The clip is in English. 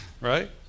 Right